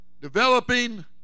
Developing